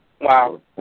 Wow